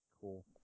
Cool